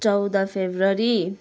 चौध फुब्रअरी